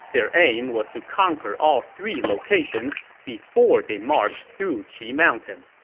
their aim was to conquer all three locations before they march through qi mountain.